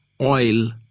oil